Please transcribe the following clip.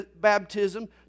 baptism